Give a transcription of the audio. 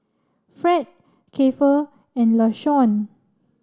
Fred Keifer and Lashawn